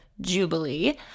jubilee